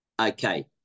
Okay